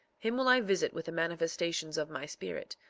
him will i visit with the manifestations of my spirit,